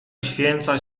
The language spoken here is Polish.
uświęca